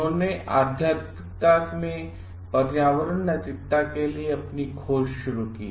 उन्होंने आध्यात्मिकता में पर्यावरण नैतिकता के लिए अपनी खोज शुरू की